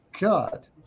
god